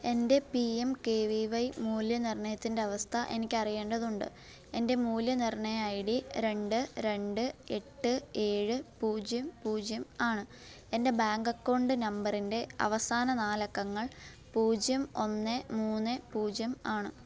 എന്റെ P M K V Y മൂല്യനിർണ്ണയത്തിന്റ അവസ്ഥ എനിക്ക് അറിയേണ്ടതുണ്ട് എന്റെ മൂല്യനിർണ്ണയ ഐ ഡി രണ്ട് രണ്ട് എട്ട് ഏഴ് പൂജ്യം പൂജ്യം ആണ് എന്റെ ബാങ്ക് അക്കൌണ്ട് നമ്പറിന്റെ അവസാന നാലക്കങ്ങൾ പൂജ്യം ഒന്ന് മൂന്ന് പൂജ്യം ആണ്